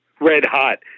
red-hot